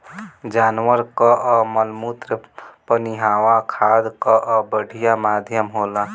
जानवर कअ मलमूत्र पनियहवा खाद कअ बढ़िया माध्यम होला